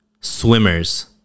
swimmers